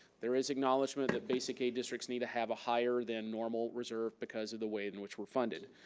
there is acknowledgement that basic aid districts need to have a higher than normal reserve because of the way in which we're funded.